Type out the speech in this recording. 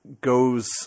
goes